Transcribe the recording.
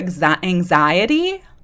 anxiety